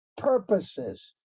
purposes